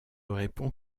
répond